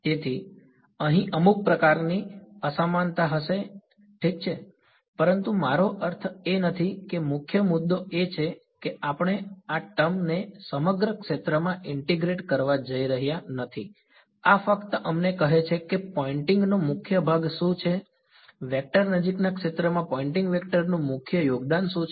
તેથી અહીં અમુક પ્રકારની અસમાનતા હશે જે ઠીક છે પરંતુ અમારો અર્થ એ નથી કે મુખ્ય મુદ્દો એ છે કે આપણે આ ટર્મ ને સમગ્ર ક્ષેત્રમાં ઇન્ટીગ્રેટ કરવા જઈ રહ્યા નથી આ ફક્ત અમને કહે છે કે પોઇંટિંગનો મુખ્ય ભાગ શું છે વેક્ટર નજીકના ક્ષેત્રમાં પોઇંટિંગ વેક્ટર નું મુખ્ય યોગદાન શું છે